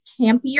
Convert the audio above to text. campier